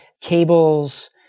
cables